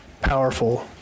powerful